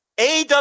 aw